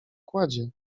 kładzie